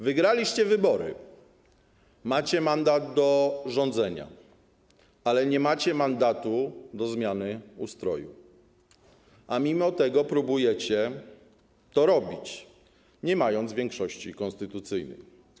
Wygraliście wybory, macie mandat do rządzenia, ale nie macie mandatu do zmiany ustroju, a mimo to próbujecie to robić, nie mając większości konstytucyjnej.